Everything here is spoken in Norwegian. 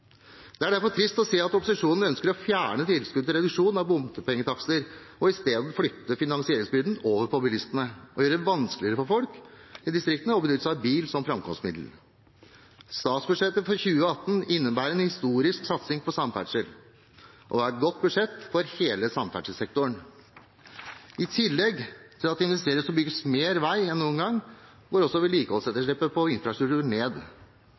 Det er derfor trist å se at opposisjonen ønsker å fjerne tilskuddet til reduksjon av bompengetakster, og i stedet flytte finansieringsbyrden over på bilistene og gjøre det vanskeligere for folk i distriktene å benytte seg av bil som framkomstmiddel. Statsbudsjettet for 2018 innebærer en historisk satsing på samferdsel og er et godt budsjett for hele samferdselssektoren. I tillegg til at det investeres og bygges mer vei enn noen gang, går vedlikeholdsetterslepet på infrastrukturen ned.